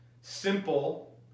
simple